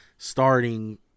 Starting